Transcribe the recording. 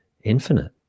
infinite